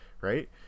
right